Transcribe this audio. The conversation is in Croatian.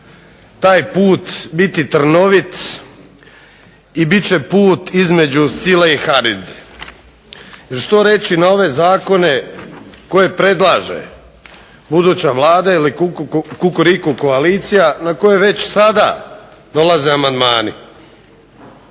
taj put biti trnovit i biti će put između sile i …. Što reći na ove Zakone koje predlaže buduća Vlada ili Kukuriku koalicije na koje već sada dolaze amandmani.